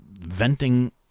venting